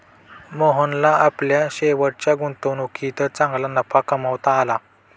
मोहनला आपल्या शेवटच्या गुंतवणुकीत चांगला नफा कमावता आला